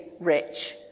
rich